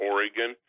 Oregon